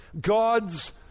God's